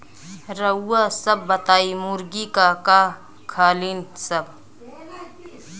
रउआ सभ बताई मुर्गी का का खालीन सब?